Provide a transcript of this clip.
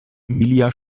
emilia